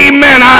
Amen